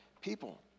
people